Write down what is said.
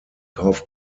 kauf